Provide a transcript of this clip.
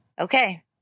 okay